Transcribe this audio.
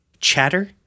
chatter